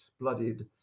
bloodied